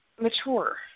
mature